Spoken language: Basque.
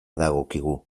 dagokigu